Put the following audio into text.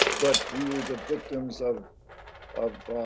but we were the victims of of